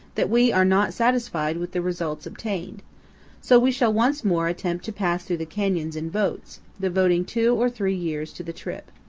that we are not satisfied with the results obtained so we shall once more attempt to pass through the canyons in boats, devoting two or three years to the trip.